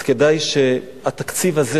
אז כדאי שהתקציב הזה,